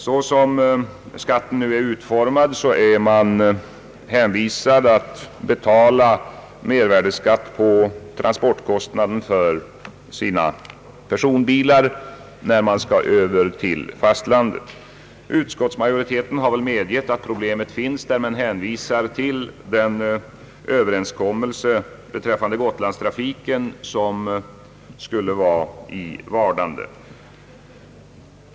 Såsom skatten nu är utformad är man hänvisad att betala mervärdeskatt på transportkostnaden för personbil när man skall över till fastlandet. Utskottsmajoriteten har medgett att problemet finns men hänvisar till den överenskommelse beträffande Gotlandstrafiken som är i vardande.